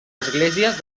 esglésies